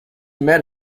met